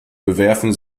bewerfen